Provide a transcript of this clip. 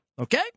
Okay